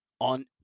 on